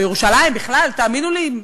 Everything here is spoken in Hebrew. אתה בירושלים, בכלל, תאמינו לי,